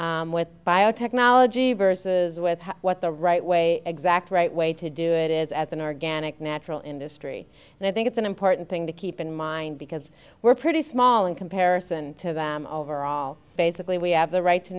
in with biotechnology versus with what the right way exact right way to do it is as an organic natural industry and i think it's an important thing to keep in mind because we're pretty small in comparison to overall basically we have the right to